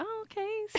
Okay